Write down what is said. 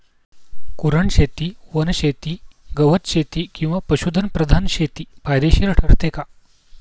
कुरणशेती, वनशेती, गवतशेती किंवा पशुधन प्रधान शेती फायदेशीर ठरते का?